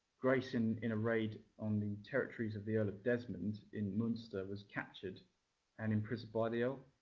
grace, in in a raid on the territories of the earl of desmond in munster, was captured and imprisoned by the earl.